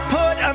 put